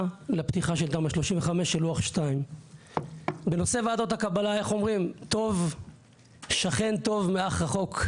לפתיחה של תמ"א 35 של לוח 2. בנושא ועדות הקבלה טוב שכן קרוב מאח רחוק,